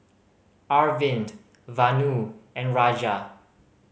Arvind Vanu and Raja